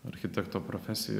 architekto profesija